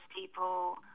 people